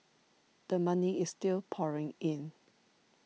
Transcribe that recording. the money is still pouring in